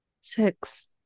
six